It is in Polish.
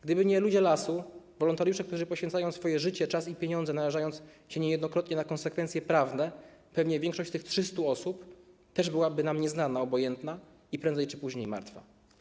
Gdyby nie ludzie lasu, wolontariusze, którzy poświęcają swoje życie, czas i pieniądze, narażając się niejednokrotnie na konsekwencje prawne, pewnie większość z tych 300 osób też byłaby nam nieznana, obojętna i prędzej czy później martwa.